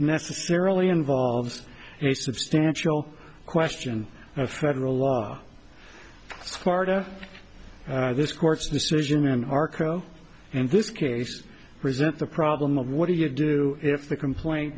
necessarily involves a substantial question of federal law florida this court's decision and arco in this case resent the problem of what do you do if the complain